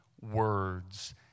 words